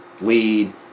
lead